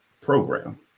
program